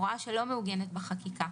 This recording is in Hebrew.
הוראה שלא מעוגנת בחקיקה.